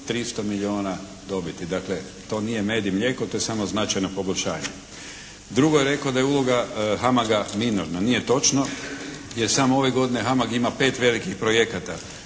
300 milijuna dobiti. Dakle to nije med i mlijeko to je samo značajno poboljšanje. Drugo je rekao da je uloga HAMAG-a minorna. Nije točno. Jer samo ove godine HAMAG ima 5 velikih projekata,